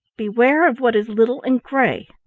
beware of what is little and gray.